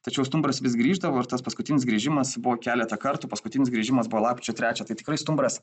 tačiau stumbras vis grįždavo ir tas paskutinis grįžimas buvo keletą kartų paskutinis grįžimas buvo lapkričio trečią tai tikrai stumbras